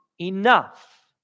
enough